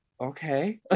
okay